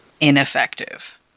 ineffective